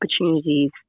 opportunities